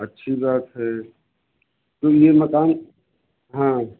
अच्छी बात है तो ये मकान हाँ